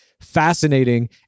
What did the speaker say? Fascinating